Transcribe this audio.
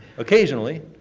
occasionally,